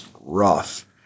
rough